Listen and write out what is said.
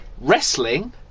wrestling